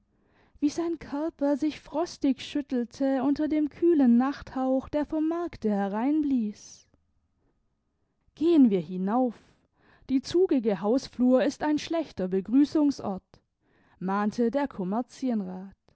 wie sein körper sich frostig schüttelte unter dem kühlen nachthauch der vom markte hereinblies gehen wir hinauf die zugige hausflur ist ein schlechter begrüßungsort mahnte der kommerzienrat